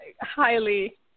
highly